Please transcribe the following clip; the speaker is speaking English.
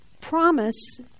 promise